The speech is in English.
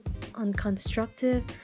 unconstructive